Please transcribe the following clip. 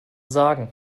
sagen